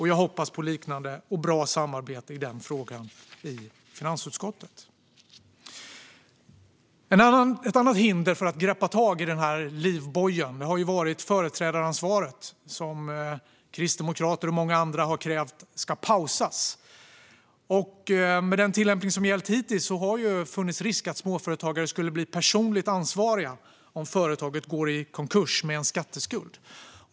Jag hoppas på liknande och bra samarbete i denna fråga i finansutskottet. Ett annat hinder för att greppa tag i den här livbojen har varit företrädaransvaret, som kristdemokrater och många andra har krävt ska pausas. Med den tillämpning som har gällt hittills har det funnits risk att småföretagare skulle bli personligt ansvariga om företaget skulle gå i konkurs med en skatteskuld.